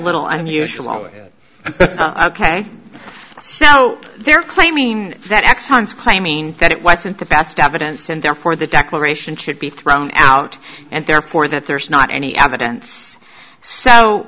little unusual it ok so they're claiming that exxon is claiming that it wasn't the best evidence and therefore the declaration should be thrown out and therefore that there's not any evidence so